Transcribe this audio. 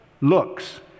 looks